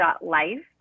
Life